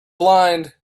blind